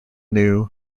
new